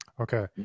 Okay